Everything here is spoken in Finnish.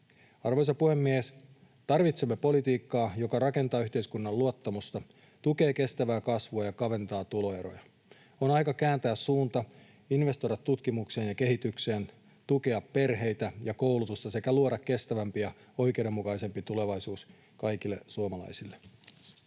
Arvoisa puhemies! Tarvitsemme politiikkaa, joka rakentaa yhteiskunnan luottamusta, tukee kestävää kasvua ja kaventaa tuloeroja. On aika kääntää suunta, investoida tutkimukseen ja kehitykseen, tukea perheitä ja koulutusta sekä luoda kestävämpi ja oikeudenmukaisempi tulevaisuus kaikille suomalaisille.